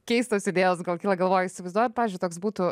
keistos idėjos gal kyla galvoj įsivaizduojat pavyzdžiui toks būtų